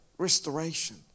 Restoration